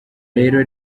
rero